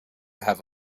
have